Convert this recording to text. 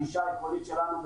הגישה העקרונית שלנו,